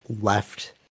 left